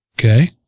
Okay